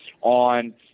on